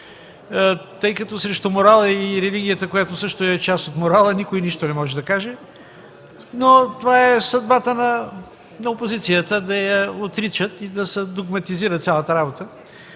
„против”. Срещу морала и религията, която също е част от морала, никой нищо не може да каже, но това е съдбата на опозицията – да я отричат и да се догматизира цялата работа.